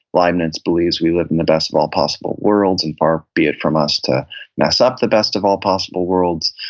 leibniz believes we live in the best of all possible worlds, and far be it for us to mess up the best of all possible worlds.